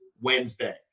Wednesday